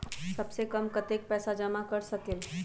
सबसे कम कतेक पैसा जमा कर सकेल?